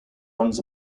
runs